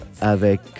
avec